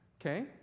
okay